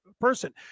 person